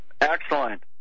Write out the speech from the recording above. Excellent